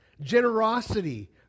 generosity